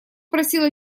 просила